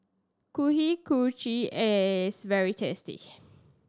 Kuih Kochi is very tasty